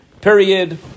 Period